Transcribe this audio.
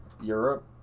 Europe